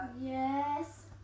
Yes